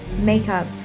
makeup